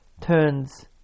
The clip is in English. turns